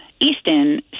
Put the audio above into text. Easton